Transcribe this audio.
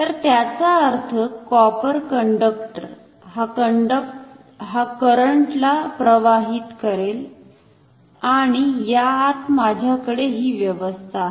तर त्याचा अर्थ कॉपर कंडक्टर हा करंट ला प्रवाहित करेल आणि याआत माझ्याकडे ही व्यवस्था आहे